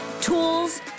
tools